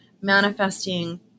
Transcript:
manifesting